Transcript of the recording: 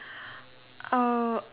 uh